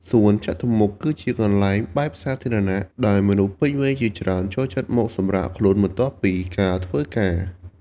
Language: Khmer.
សួនចតុមុខ គឺជាកន្លែងបែបសាធារណៈ ដែលមនុស្សពេញវ័យជាច្រើនចូលចិត្តមកសម្រាកខ្លួន បន្ទាប់ពីការធ្វើការ។